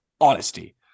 honesty